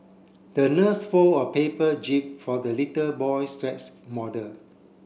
the nurse fold a paper jib for the little boy's model